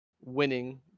winning